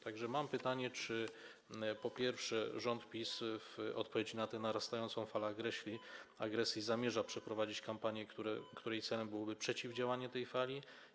Tak że mam pytanie: Czy, po pierwsze, rząd PiS w odpowiedzi na tę narastającą falę agresji zamierza przeprowadzić kampanię, której celem byłoby przeciwdziałanie tej fali?